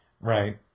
Right